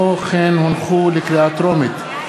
לדיון מוקדם: